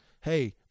hey